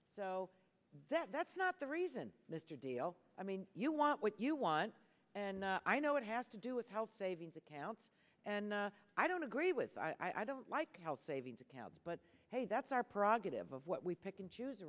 so that that's not the reason mr deal i mean you want what you want and i know it has to do with health savings accounts and i don't agree with i don't like health savings accounts but hey that's our prerogative of what we pick and choose